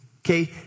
okay